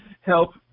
help